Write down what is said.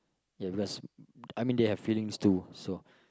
ya because I mean they have feelings too so